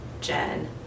Jen